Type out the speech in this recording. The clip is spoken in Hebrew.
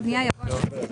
אנחנו ממשיכים הלאה.